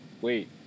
Wait